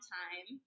time